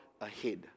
ahead